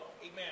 Amen